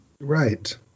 Right